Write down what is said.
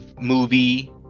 movie